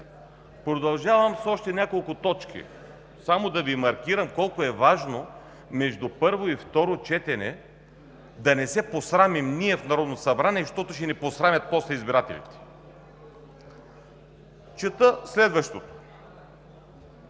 Продължавам с още няколко точки – само да Ви маркирам колко е важно между първо и второ четене да не се посрамим ние в Народното събрание, защото ще ни посрамят после избирателите! Чета по-нататък